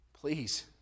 Please